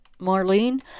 marlene